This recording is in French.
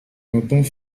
cantons